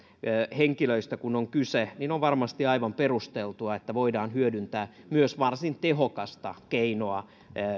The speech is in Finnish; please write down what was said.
henkilöistä kyse on varmasti aivan perusteltua että voidaan myös hyödyntää varsin tehokasta keinoa